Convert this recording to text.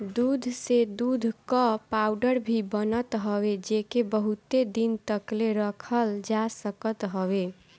दूध से दूध कअ पाउडर भी बनत हवे जेके बहुते दिन तकले रखल जा सकत हवे